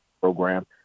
program